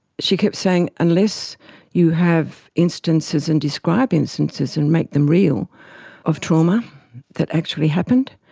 she kept saying, unless you have instances and describe instances and make them real of trauma that actually happened,